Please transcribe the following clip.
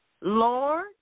Lord